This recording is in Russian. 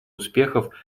успехов